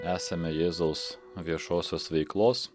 esame jėzaus viešosios veiklos